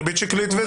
ריבית שקלית.